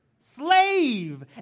Slave